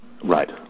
Right